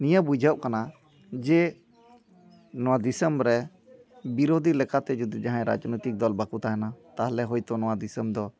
ᱱᱤᱭᱟᱹ ᱵᱩᱡᱷᱟᱹᱜ ᱠᱟᱱᱟ ᱡᱮ ᱱᱚᱣᱟ ᱫᱤᱥᱟᱹᱢᱨᱮ ᱵᱤᱨᱳᱫᱷᱤ ᱞᱮᱠᱟᱛᱮ ᱡᱩᱫᱤ ᱡᱟᱦᱟᱸᱭ ᱨᱟᱡᱽᱱᱳᱭᱛᱤᱠ ᱫᱚᱞ ᱵᱟᱠᱚ ᱛᱟᱦᱮᱱᱟ ᱛᱟᱦᱚᱞᱮ ᱦᱚᱭᱛᱚ ᱱᱚᱣᱟ ᱫᱤᱥᱟᱹᱢ ᱫᱚ